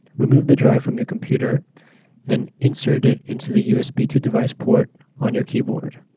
remove the drive from your computer and insert it into the usb to device port on your keyboard.